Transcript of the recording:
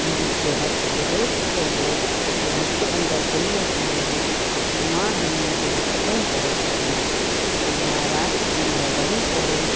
उन्हनि जो हथ एॾो सुठो हुओ की मूंखे अंदरि दिलि में थींदो हुओ की मां हिननि जहिड़ो कॾहिं करे सघंदसि पोइ मां राति ॾींहुं वेही करे